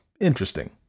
interesting